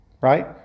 Right